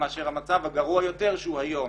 מאשר המצב הגרוע יותר שהוא היום